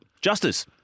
justice